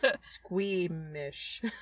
Squeamish